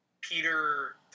Peter